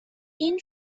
این